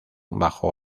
bajo